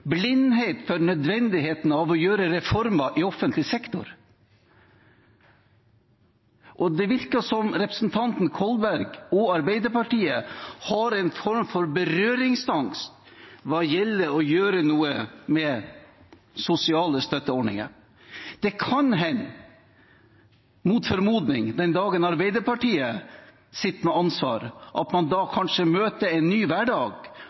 blindhet for nødvendigheten av å gjennomføre reformer i offentlig sektor. Det virker som om representanten Kolberg og Arbeiderpartiet har en form for berøringsangst hva gjelder å gjøre noe med sosiale støtteordninger. Det kan hende, mot formodning, den dagen Arbeiderpartiet sitter med ansvar, at man da kanskje møter en ny hverdag